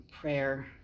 prayer